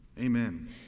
Amen